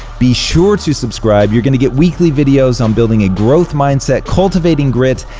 be sure to subscribe. you're gonna get weekly videos on building a growth mindset, cultivating grit,